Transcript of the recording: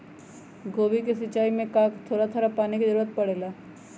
गोभी के सिचाई में का थोड़ा थोड़ा पानी के जरूरत परे ला?